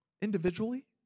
individually